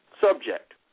subject